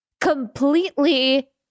completely